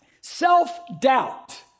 Self-doubt